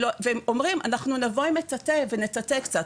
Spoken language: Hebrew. הם אומרים אנחנו נבוא עם מטאטא ונטאטא קצת,